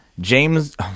James